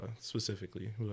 specifically